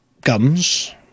guns